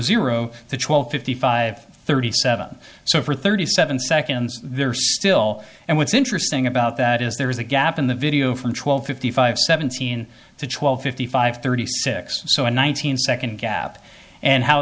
zero to twelve fifty five thirty seven so for thirty seven seconds there are still and what's interesting about that is there is a gap in the video from twelve fifty five seventeen to twelve fifty five thirty six so in one thousand second gap and how